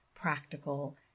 practical